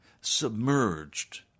submerged